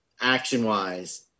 action-wise